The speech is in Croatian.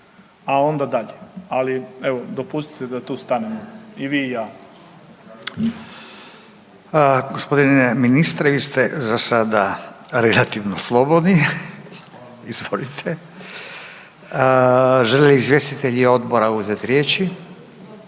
a onda dalje. Ali evo dopustite da tu stanemo i vi i ja. **Radin, Furio (Nezavisni)** Gospodine ministre vi ste za sada relativno slobodni. Izvolite. Žele li izvjestitelji odbora uzeti riječ?